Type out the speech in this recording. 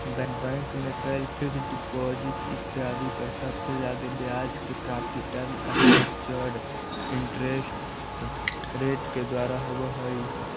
bank में कैल fixed deposit इत्यादि पर सबसे जादे ब्याज के प्राप्ति टर्म स्ट्रक्चर्ड इंटरेस्ट रेट के द्वारा होवऽ हई